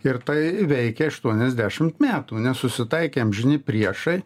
ir tai veikė aštuoniasdešimt metų nes susitaikė amžini priešai